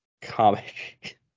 comic